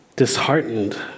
disheartened